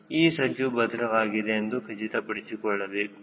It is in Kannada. ಈ ಸಜ್ಜು ಭದ್ರವಾಗಿದೆ ಎಂದು ಖಚಿತಪಡಿಸಿಕೊಳ್ಳಬೇಕು